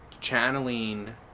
channeling